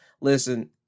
listen